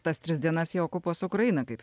tas tris dienas jie okupuos ukrainą kaip